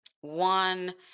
one